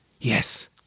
Yes